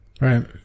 Right